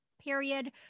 period